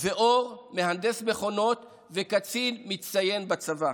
ואור, מהנדס מכונות וקצין מצטיין בצבא,